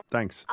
Thanks